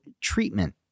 treatment